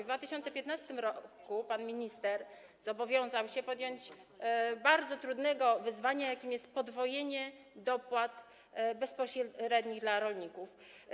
W 2015 r. pan minister zobowiązał się podjąć się bardzo trudnego wyzwania, jakim jest podwojenie dopłat bezpośrednich dla rolników.